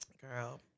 Girl